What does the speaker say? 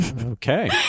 Okay